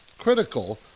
critical